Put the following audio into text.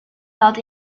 felt